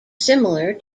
similar